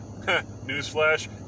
Newsflash